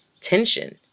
tension